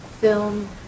film